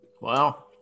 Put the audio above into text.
Wow